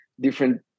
different